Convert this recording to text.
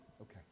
okay